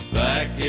back